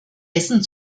essen